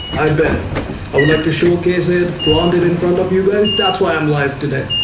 i bet i would like to showcase it flaunt it in front of you guys that's why i'm life today.